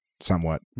somewhat